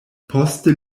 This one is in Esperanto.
poste